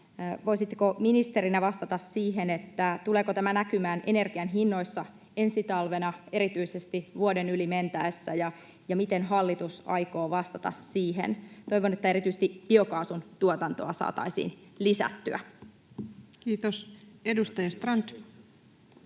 Voisitteko ministerinä vastata siihen, tuleeko tämä näkymään energian hinnoissa ensi talvena erityisesti vuoden yli mentäessä, ja miten hallitus aikoo vastata siihen? Toivon, että erityisesti biokaasun tuotantoa saataisiin lisättyä. [Speech 677] Speaker: